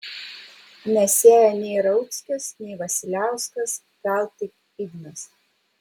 nesėja nei rauckis nei vasiliauskas gal tik ignas